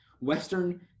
western